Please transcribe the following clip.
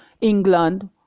England